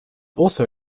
also